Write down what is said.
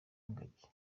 ingagi